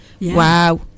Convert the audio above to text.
wow